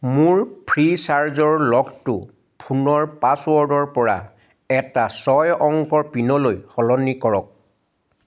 মোৰ ফ্ৰীচাৰ্জৰ লকটো ফোনৰ পাছৱৰ্ডৰ পৰা এটা ছয় অংকৰ পিনলৈ সলনি কৰক